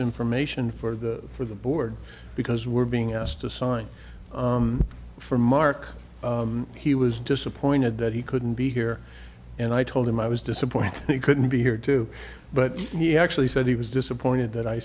information for the for the board because we're being asked to sign for mark he was disappointed that he couldn't be here and i told him i was disappointed he couldn't be here too but he actually said he was disappointed that i